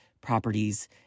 properties